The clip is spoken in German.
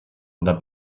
oder